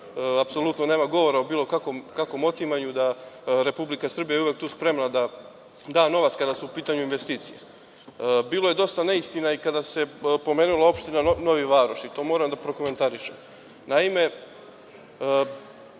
apsolutno nema govora o bilo kakvom otimanju, da Republika Srbija je uvek tu spremna da da novac kada su u pitanju investicije. Bilo je dosta neistina i kada se pomenula opština Nova Varoš i to moram da prokomentarišem. Naime,